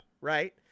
right